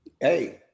hey